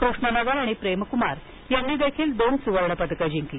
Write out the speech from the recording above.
कृष्ण नगर आणि प्रेम कुमार यांनी देखील दोन सुवर्णपदक जिंकली